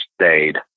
stayed